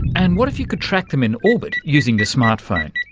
and what if you could track them in orbit using your smart phone?